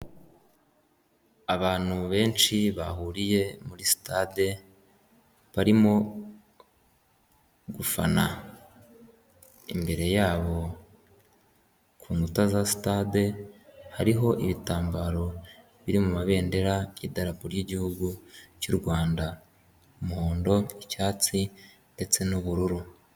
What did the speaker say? Abantu benshi bahuriye muri sitade barimo gufana, imbere yabo ku nkuta za sitade hariho ibitambaro biri mu mabendera y'idarapo ry'igihugu cy'u Rwanda, umuhondo, icyatsi ndetse n'ubururu.